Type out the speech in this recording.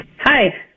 Hi